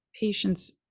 patients